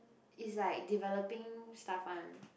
is like developing stuff one